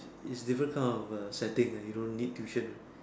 it's different kind of a setting that you don't need tuition